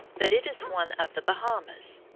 but it is one of the bahamas.